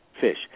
fish